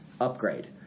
upgrade